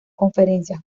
conferencias